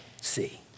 see